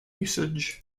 usage